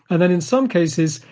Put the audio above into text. and then, in some cases,